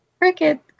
cricket